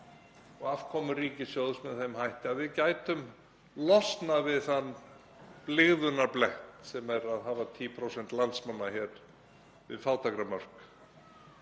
og afkomu ríkissjóðs með þeim hætti að við gætum losnað við þann blygðunarblett sem er að hafa 10% landsmanna við fátæktarmörk.